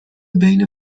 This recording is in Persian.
بین